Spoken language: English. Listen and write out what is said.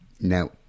Now